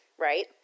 right